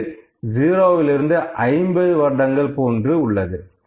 இது 0லிருந்து 50 வருடங்கள் போன்று உள்ளது